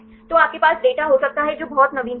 तो आपके पास डेटा हो सकता है जो बहुत नवीनतम हैं